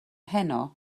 heno